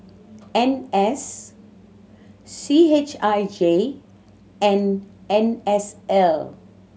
N S C H I J and N S L